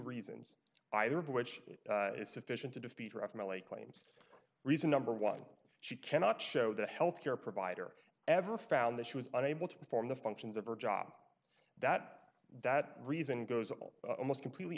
reasons either which is sufficient to defeat her of my late claims reason number one she cannot show the healthcare provider ever found that she was unable to perform the functions of her job that that reason goes all completely